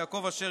יעקב אשר,